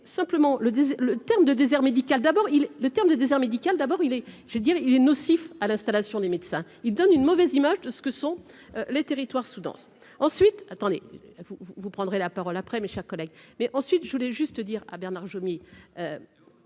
simplement le le terme de désert médical d'abord, il le terme de désert médical d'abord, il est, je veux dire il est nocif à l'installation des médecins, il donne une mauvaise image de ce que sont les territoires sous-denses ensuite attendez vous vous vous prendrez la parole après mes chers collègues, mais ensuite, je voulais juste dire à Bernard